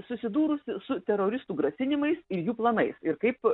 susidūrusi su teroristų grasinimais ir jų planais ir kaip